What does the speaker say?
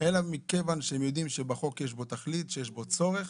אלא מכיוון שהם יודעים שבחוק יש תכלית וצורך.